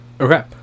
Okay